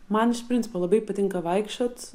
man iš principo labai patinka vaikščiot